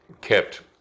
kept